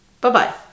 Bye-bye